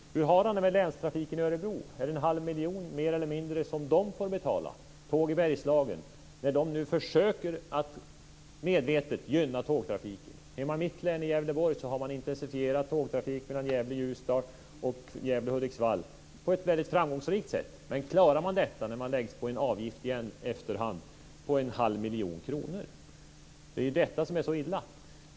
Hur har han det med länstrafiken i Örebro? Är det en halv miljon, mer eller mindre, som man får betala? I Bergslagen försöker man att medvetet gynna tågtrafiken. I mitt hemlän, Gävleborg, har man intensifierat tågtrafik mellan Gävle och Ljusdal och mellan Gävle och Hudiksvall på ett framgångsrikt sätt. Men klarar man detta när det läggs på en avgift i efterhand på en halv miljon kronor? Det är detta som är så illa.